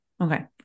Okay